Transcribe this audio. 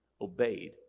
obeyed